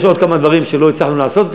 יש עוד כמה דברים שלא הצלחנו לעשות,